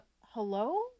hello